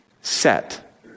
set